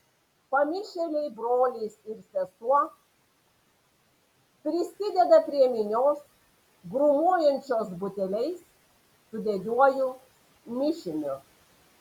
pamišėliai brolis ir sesuo prisideda prie minios grūmojančios buteliais su degiuoju mišiniu